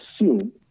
assume